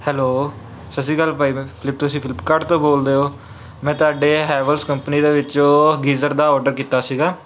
hello Sat Sri Akal ਭਾਈ ਬਾ Flip ਤੁਸੀਂ ਫਲਿਪਕਾਰਟ ਤੋਂ ਬੋਲਦੇ ਹੋ ਮੈਂ ਤੁਹਾਡੇ ਹੈਵਲਸ ਕੰਪਨੀ ਦੇ ਵਿੱਚੋਂ ਗੀਜ਼ਰ ਦਾ ਆਰਡਰ ਕੀਤਾ ਸੀਗਾ